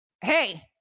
hey